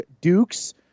Dukes